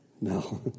No